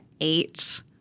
eight